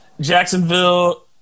Jacksonville